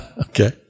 Okay